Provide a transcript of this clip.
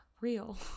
real